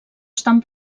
estan